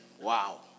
Wow